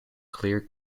clear